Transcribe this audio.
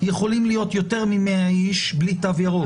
יכולים להיות יותר מ-100 איש בלי תו ירוק.